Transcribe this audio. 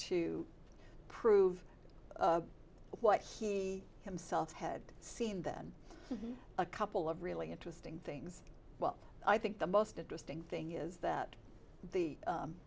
to prove what he himself had seen then a couple of really interesting things well i think the most interesting thing is th